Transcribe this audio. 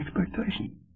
expectation